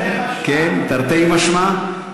תרתי משמע.